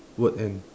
word and